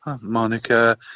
monica